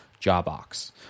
Jawbox